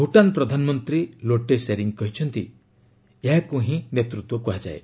ଭୂଟାନ ପ୍ରଧାନମନ୍ତ୍ରୀ ଲୋଟେ ସେରିଂ କହିଛନ୍ତି ଏହାକୁ ହିଁ ନେତୃତ୍ୱ କୁହାଯାଏ